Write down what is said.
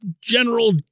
general